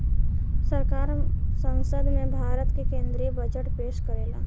सरकार संसद में भारत के केद्रीय बजट पेस करेला